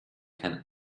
can